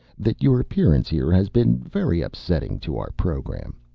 that your appearance here has been very upsetting to our program.